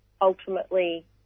ultimately